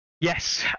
yes